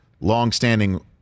longstanding